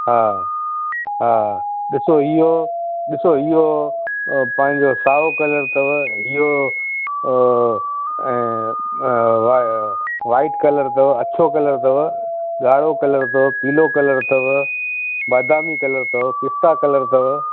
हा हा ॾिसो इहो ॾिसो इयो पंहिंजो साओ कलर अथव इहो व्हाइट कलर अथव अछो कलर अथव ॻाढो कलर अथव पीलो कलर अथव बादामी कलर अथव पिस्ता कलर अथव